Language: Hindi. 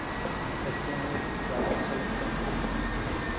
पक्षी हमें ज़्यादा अच्छे लगते हैं